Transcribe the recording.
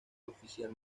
oficial